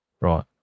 Right